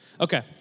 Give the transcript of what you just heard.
Okay